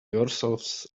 yourselves